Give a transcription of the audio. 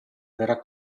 verrà